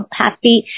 happy